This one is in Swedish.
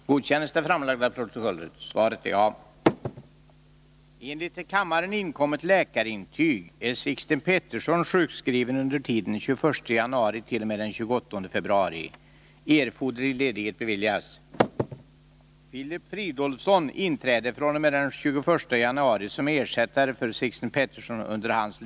Försvarskommittén har föreslagit att en rad förband skall läggas ner, däribland A 6 i Jönköping. Avsikten har varit att föreslå en omorganisation av försvaret, som så effektivt som möjligt skulle utnyttja tillgängliga resurser. Kommittén har emellertid i sitt arbete inte haft möjlighet att överblicka den totala samhälleliga effekten av de planerade besparingarna för resp. orter. Regeringen bör dock ha större möjligheter att innan propositionen läggs göra sådana beräkningar.